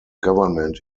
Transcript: government